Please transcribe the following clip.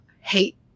hate